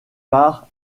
par